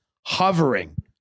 hovering